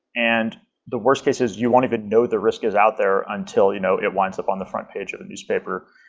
and the worst case is you won't even know the risk is out there, until you know it winds up on the front page of the newspaper.